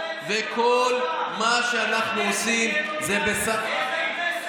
וכל מה שאנחנו עושים זה בסף הכול,